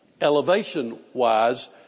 elevation-wise